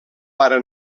pare